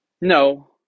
no